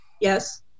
yes